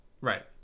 Right